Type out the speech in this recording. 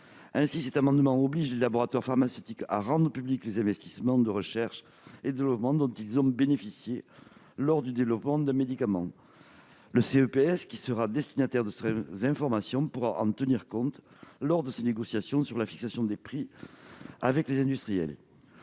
Cet amendement oblige les laboratoires pharmaceutiques à rendre publics les investissements de recherche et développement dont ils ont bénéficié lors du développement d'un médicament. Le CEPS, qui sera destinataire de cette information, pourra en tenir compte lors de ses négociations sur la fixation des prix avec les industriels.